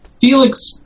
Felix